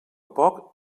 poc